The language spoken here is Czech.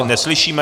Neslyšíme!